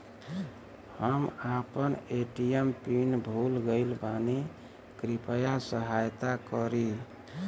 हम आपन ATM PIN भूल गईल बानी कृपया सहायता करी